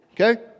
okay